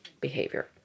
behavior